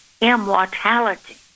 immortality